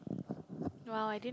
!wow! I didn't